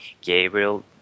Gabriel